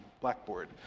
blackboard